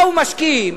באו משקיעים,